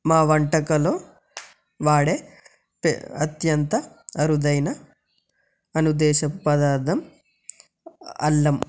మా వంటకాలు వాడే అత్యంత అరుదైన అన్యదేశం పదార్థం అల్లం